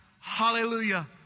Hallelujah